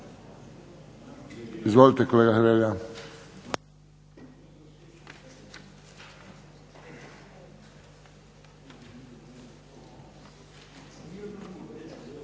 Izvolite kolega Hrelja.